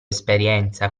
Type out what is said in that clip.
esperienza